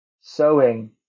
sewing